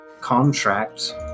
contract